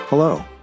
Hello